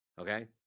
Okay